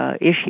issue